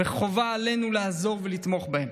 וחובה עלינו לעזור ולתמוך בהם.